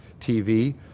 TV